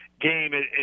game